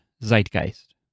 Zeitgeist